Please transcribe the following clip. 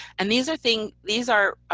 and these are things, these are